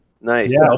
Nice